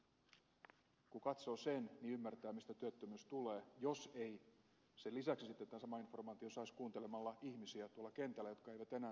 kun katsoo sen niin ymmärtää mistä työttömyys tulee tosin sen lisäksi sitten tämän saman informaation saisi kuuntelemalla ihmisiä tuolla kentällä jotka eivät enää saa apua työvoimatoimistoista